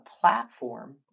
platform